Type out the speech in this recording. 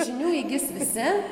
žinių įgis visi